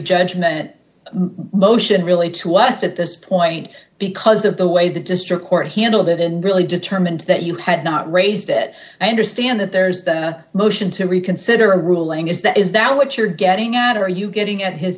judgment motion really to us at this point because of the way the district court handled it and really determined that you had not raised that i understand that there's been a motion to reconsider a ruling is that is that what you're getting at or are you getting at his